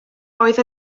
oedd